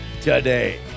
today